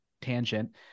tangent